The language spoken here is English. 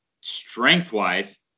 strength-wise